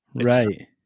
right